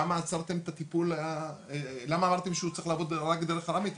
למה אמרתם שהוא צריך לעבוד רק דרך הרמיטק?